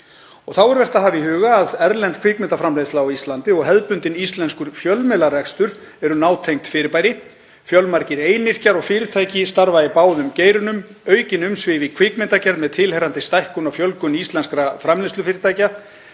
Þá er vert að hafa í huga að erlend kvikmyndaframleiðsla á Íslandi og hefðbundinn íslenskur fjölmiðlarekstur eru nátengd fyrirbæri. Fjölmargir einyrkjar og fyrirtæki starfa í báðum geirum. Aukin umsvif í kvikmyndagerð með tilheyrandi stækkun og fjölgun íslenskra framleiðslufyrirtækja